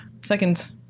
seconds